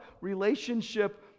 relationship